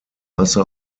masse